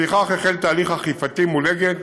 לפיכך, החל תהליך אכיפתי מול "אגד",